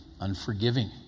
Unforgiving